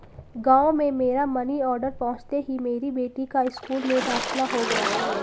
गांव में मेरा मनी ऑर्डर पहुंचते ही मेरी बेटी का स्कूल में दाखिला हो गया